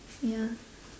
ya